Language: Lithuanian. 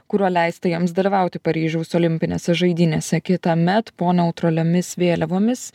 kuriuo leista jiems dalyvauti paryžiaus olimpinėse žaidynėse kitąmet po neutraliomis vėliavomis